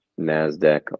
NASDAQ